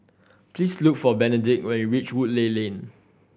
please look for Benedict when you reach Woodleigh Lane